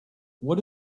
what